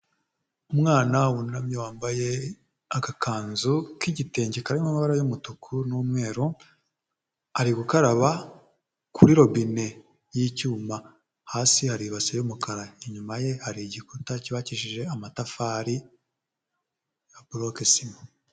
Umwana wunamye wambaye agakanzu k'igitenge, karimo amabara y'umutuku n'umweru, ari gukaraba kuri robine y'icyuma, hasi hari ibase y'umukara, inyuma ye hari igikuta cyubakishije amatafari ya boloke sima.